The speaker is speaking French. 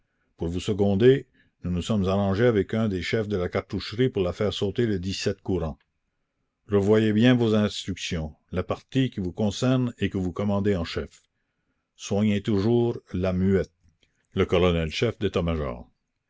pour vous seconder nous nous sommes arrangés avec un des chefs de la cartoucherie pour la faire sauter le courant revoyez bien vos instructions la partie qui vous concerne et que vous commandez en chef soignez toujours la muette la commune le colonel chef d'état-major